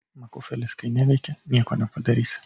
makufelis kai neveikia nieko nepadarysi